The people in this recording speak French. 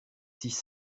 six